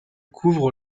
couvre